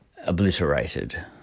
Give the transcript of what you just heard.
obliterated